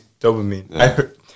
dopamine